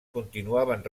continuaven